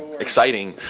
exciting,